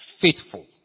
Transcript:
faithful